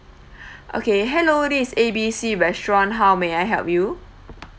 okay hello this is A B C restaurant how may I help you